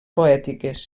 poètiques